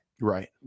Right